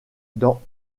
dans